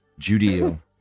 Judeo